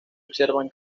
observan